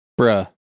bruh